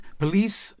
police